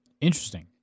Interesting